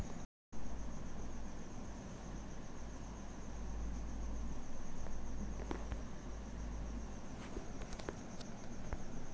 మాట్లాడుకున్న దాని కంటే తక్కువ మొత్తంలో పైసలు ఇస్తే ఏం చేత్తరు?